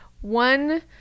one